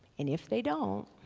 and if they don't,